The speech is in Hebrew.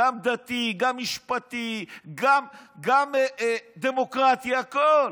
גם דתי, גם משפטי, גם דמוקרטי, הכול,